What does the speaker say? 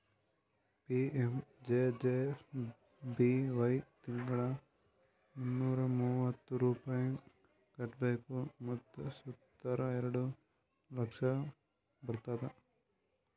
PMJJBY ತಿಂಗಳಾ ಮುನ್ನೂರಾ ಮೂವತ್ತು ರೂಪಾಯಿ ಕಟ್ಬೇಕ್ ಮತ್ ಸತ್ತುರ್ ಎರಡ ಲಕ್ಷ ಬರ್ತುದ್